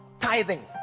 tithing